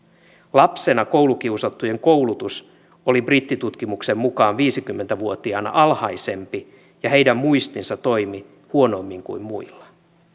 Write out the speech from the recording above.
lapsena koulukiusattujen koulutus oli brittitutkimuksen mukaan viisikymmentä vuotiaana alhaisempi ja heidän muistinsa toimi huonommin kuin muilla